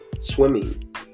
swimming